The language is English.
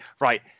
right